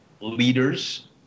leaders